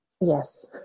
yes